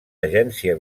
agència